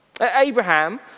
Abraham